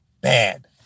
Bad